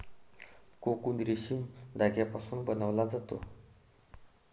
cocoon रेशीम धाग्यापासून बनवला जातो